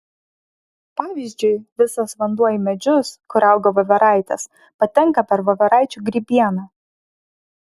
pavyzdžiui visas vanduo į medžius kur auga voveraitės patenka per voveraičių grybieną